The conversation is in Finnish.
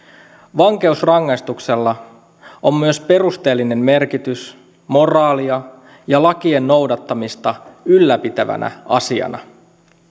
vankeusrangaistuksella on myös perusteellinen merkitys moraalia ja lakien noudattamista ylläpitävänä asiana